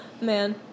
Man